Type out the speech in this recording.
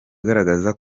agaragaza